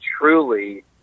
truly